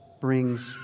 brings